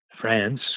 France